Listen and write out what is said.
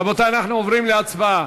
רבותי, אנחנו עוברים להצבעה.